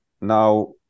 Now